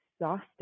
exhausted